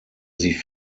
sie